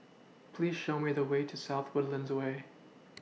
Please Show Me The Way to South Woodlands Way